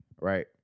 right